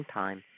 time